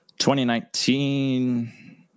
2019